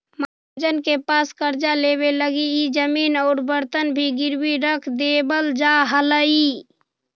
महाजन के पास कर्जा लेवे लगी इ जमीन औउर बर्तन भी गिरवी रख देवल जा हलई